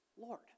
Lord